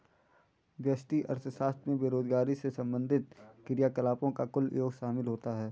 व्यष्टि अर्थशास्त्र में बेरोजगारी से संबंधित क्रियाकलापों का कुल योग शामिल होता है